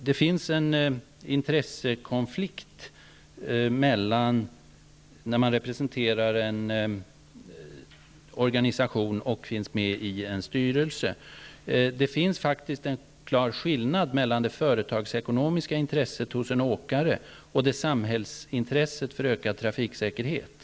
Det finns en intressekonflikt när man representerar en organisation och sitter med i en styrelse. Det finns faktiskt en klar skillnad mellan det företagsekonomiska intresset hos en åkare och samhällsintresset för ökad trafiksäkerhet.